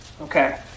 Okay